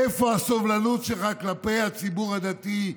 איפה הסובלנות שלך כלפי הציבור הדתי,